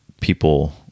people